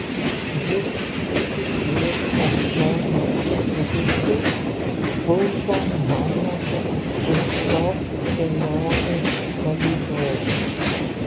jis su tėvu džonu luku buvo mano visos kelionės palydovai